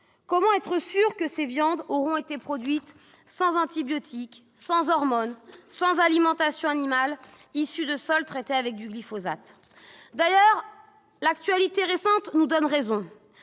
Comment être sûr que ces viandes auront été produites sans antibiotiques, sans hormones, sans alimentation animale issue de sols traités avec du glyphosate ? D'ailleurs, l'actualité récente nous donne raison,